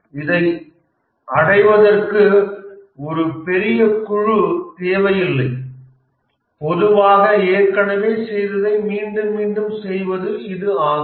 இதை அடைவதற்கு ஒரு பெரிய குழு தேவையில்லை பொதுவாக ஏற்கனவே செய்ததை மீண்டும் மீண்டும் செய்வது இது ஆகும்